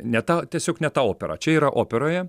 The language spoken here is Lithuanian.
ne tą tiesiog ne tą operą čia yra operoje